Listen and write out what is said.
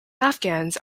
afghans